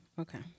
Okay